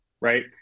right